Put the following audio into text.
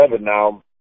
now